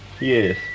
yes